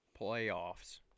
playoffs